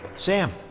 Sam